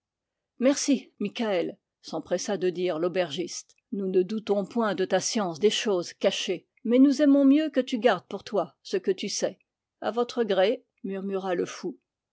merci mikaël s'empressa de dire l'aubergiste nous ne doutons point de ta science des choses cachées mais nous aimons mieux que tu gardes pour toi ce que tu sais a votre gré murmura le fou